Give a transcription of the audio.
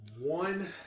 One